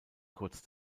kurz